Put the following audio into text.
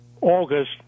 August